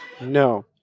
No